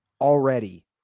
already